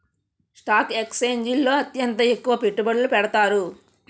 stock ఎక్స్చేంజిల్లో అత్యంత ఎక్కువ పెట్టుబడులు పెడతారు